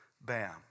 Bam